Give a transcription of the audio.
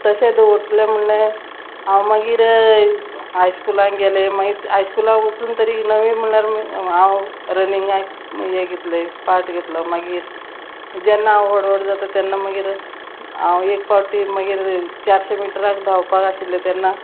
तशें दवरतलें म्हणलें हांव मागीर हायस्कुलान गेलें मागीर हायस्कुलान वचून तरी नवी म्हणल्यार हांव रनिंगाक हें घेतलें पार्ट घेतलो मागीर जेन्ना हांव व्हड व्हड जाता तेन्ना मागीर हांव एक पावटी मागीर चारशें मिटराक धांवपाक आशिल्लें तेन्ना